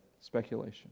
Speculation